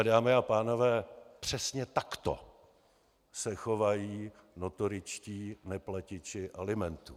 Dámy a pánové, přesně takto se chovají notoričtí neplatiči alimentů.